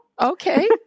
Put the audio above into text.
Okay